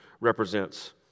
represents